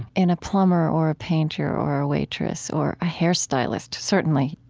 in a plumber or a painter or a waitress or a hairstylist, certainly.